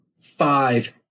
five